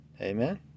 Amen